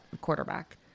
quarterback